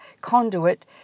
conduit